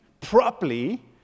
properly